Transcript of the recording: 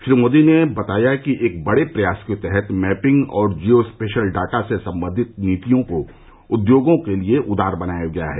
श्री मोदी ने बताया कि एक बडे प्रयास के तहत मैपिंग और जिओ स्पेशल डाटा से संबंधित नीतियों को उद्योगों के लिए उदार बनाया गया है